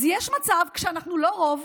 אז יש מצב, כשאנחנו לא רוב,